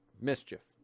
mischief